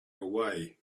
away